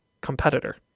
competitor